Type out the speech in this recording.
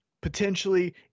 potentially